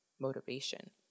motivation